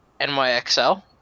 NYXL –